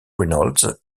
reynolds